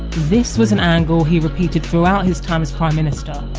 this was an angle he repeated throughout his time as prime minister.